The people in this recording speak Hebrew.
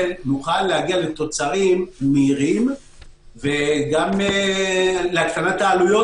נוכל להגיע לתוצרים מהירים וגם להקטנת העלויות,